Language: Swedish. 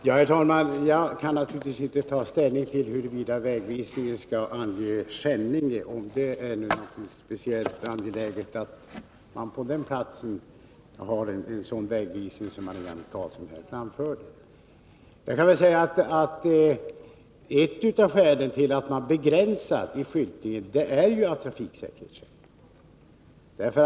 Herr talman! Jag kan naturligtvis inte ta ställning till om det är speciellt angeläget att Skänninge finns med i vägvisningen på det sätt som Marianne Karlsson här angav. Ett av skälen till att skyltningen begränsas är trafiksäkerhetsskäl.